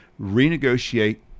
renegotiate